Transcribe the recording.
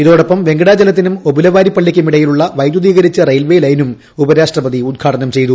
ഇതോടൊപ്പം വെങ്കടാചലത്തിലും ഒബുലവാരിപ്പള്ളിയ്ക്കും ഇടയിലുള്ള വൈദ്യുതീകരിച്ച റെയിൽവേ ലെയ്നും ഉപരാഷ്ട്രപതി ഉദ്ഘാടനം ചെയ്തു